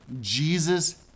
Jesus